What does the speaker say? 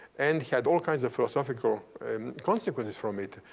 and he had all kinds of philosophical consequences from it.